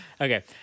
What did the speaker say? Okay